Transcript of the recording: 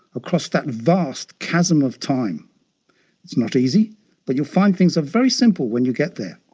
across that vast chasm of time. it's not easy but you'll find things are very simple when you get there.